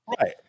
Right